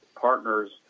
partners